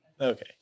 Okay